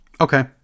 Okay